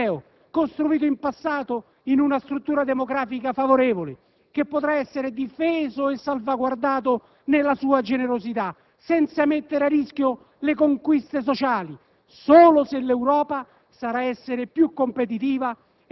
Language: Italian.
Bene ha fatto Angela Merkel a richiamare il modello sociale europeo, costruito in passato in una struttura demografica favorevole, che potrà essere difeso e salvaguardato nella sua generosità, senza mettere a rischio le conquiste sociali,